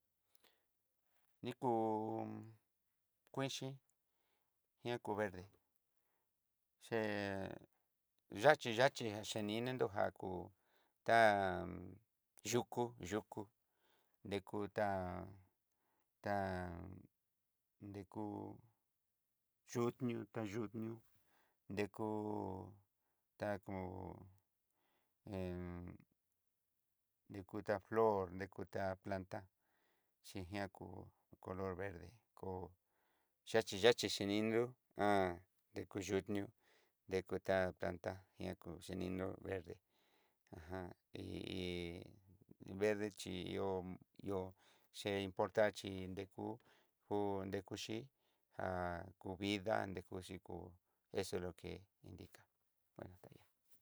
Ni kú kuenxi ña kú verde, che'e yaxhi yaxhi cheneinidó ja kú tá yukú, yukú dekutan tán deyú yuxnió ta yuxnió dekó takó en dekuta frol, dekuta planta xhiñá kú color verde kó, yaxhi yaxhi xhini nrú. dekuyiunió dekutá tanta ña kú xheninró verde ajan hi hi verde chí ihó, ihó ché importa chí ndekú ngu nrekuxho já kuvidad nreku xhikó eso es lo que indica.